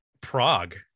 Prague